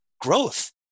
growth